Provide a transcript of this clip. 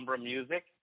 music